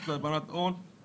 הרשות לאיסור הלבנת הון,